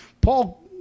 Paul